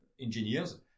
engineers